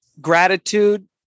gratitude